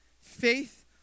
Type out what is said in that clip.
faith